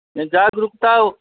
जागरूकता